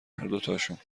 هردوتاشون